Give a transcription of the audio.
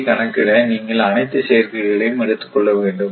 ஐ கணக்கிட நீங்கள் அனைத்து சேர்க்கைகளையும் எடுத்துக் கொள்ள வேண்டும்